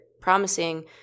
promising